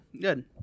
Good